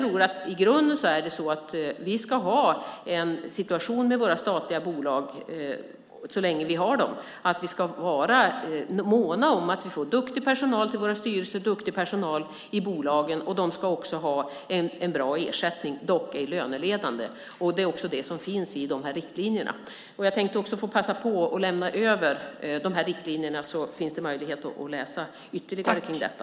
I grunden är det så att vi ska ha en situation med våra statliga bolag, så länge vi har dem, att vi ska måna om att vi får duktig personal till våra styrelser och i bolagen. De ska också ha en bra ersättning, dock ej löneledande. Det är också vad som står i riktlinjerna. Jag tänkte få passa på att överlämna riktlinjerna så att det finns möjlighet att läsa ytterligare om detta.